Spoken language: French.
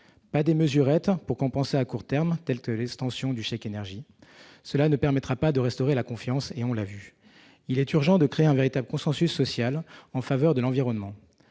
non des mesurettes pour compenser à court terme, comme l'extension du chèque énergie. Cela ne permettra pas de restaurer la confiance, on le voit. Il est urgent de créer un véritable consensus social en faveur de l'environnement.